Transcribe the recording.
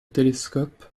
télescopes